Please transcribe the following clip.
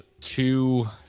two